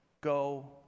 Go